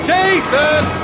Jason